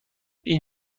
این